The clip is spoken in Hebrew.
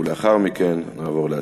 ולאחר מכן נעבור להצבעה.